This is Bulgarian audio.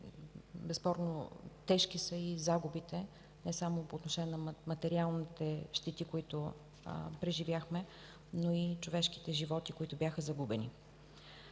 Безспорно загубите са тежки – не само по отношение на материалните щети, които преживяхме, но и човешките животи, които бяха загубени.